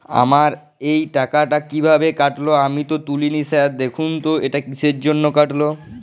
আমার এই টাকাটা কীভাবে কাটল আমি তো তুলিনি স্যার দেখুন তো এটা কিসের জন্য কাটল?